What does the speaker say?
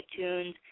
iTunes